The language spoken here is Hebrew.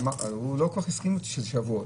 הוא לא כל כך הסכים איתי שזה שבועות.